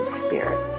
spirit